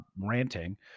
ranting